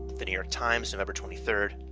the new york times, november twenty third,